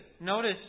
Notice